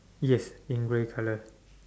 yes in grey colour